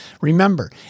Remember